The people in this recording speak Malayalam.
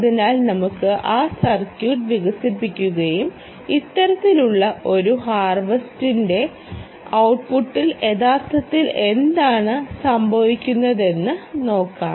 അതിനാൽ നമുക്ക് ആ സർക്യൂട്ട് വികസിപ്പിക്കുകയും ഇത്തരത്തിലുള്ള ഒരു ഹാർവസ്റ്ററിന്റെ ഔട്ട്പുട്ടിൽ യഥാർത്ഥത്തിൽ എന്താണ് സംഭവിക്കുന്നതെന്ന് നോക്കാം